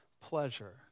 pleasure